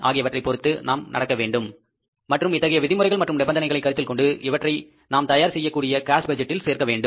ஆகியவற்றைப் பொருத்து நாம் நடக்க வேண்டும் மற்றும் இத்தகைய விதிமுறைகள் மற்றும் நிபந்தனைகளை கருத்தில் கொண்டு இவற்றை நாம் தயார் செய்யக்கூடிய கேஸ்பட்ஜெட்டில் சேர்க்க வேண்டும்